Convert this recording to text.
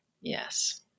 Yes